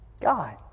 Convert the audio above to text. God